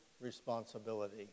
responsibility